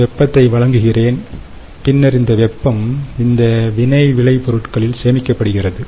நான் வெப்பத்தை வழங்குகிறேன் பின்னர் இந்த வெப்பம் இந்த வினை விளை பொருட்கள்களில் சேமிக்கப்படுகிறது